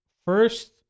First